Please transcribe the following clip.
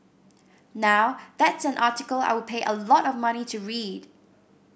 now that's an article I would pay a lot of money to read